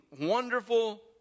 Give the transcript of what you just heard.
wonderful